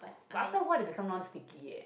but after awhile they become non-sticky eh